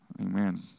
Amen